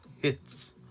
hits